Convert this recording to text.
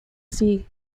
sea